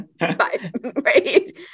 Right